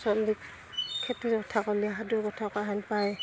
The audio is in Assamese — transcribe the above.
চলিক খেতিৰ কথা ক'লে সাধু কথা কোৱা হেন পায়